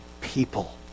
people